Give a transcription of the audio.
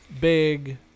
big